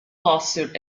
lawsuit